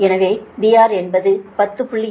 எனவே VR என்பது 10